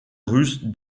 russe